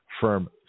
firm